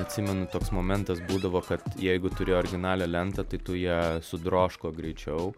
atsimenu toks momentas būdavo kad jeigu turi originalią lentą tai tu ją sudrošk kuo greičiau